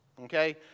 okay